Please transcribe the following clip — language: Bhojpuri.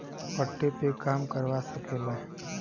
पट्टे पे काम करवा सकेला